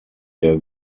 der